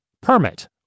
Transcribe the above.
Permit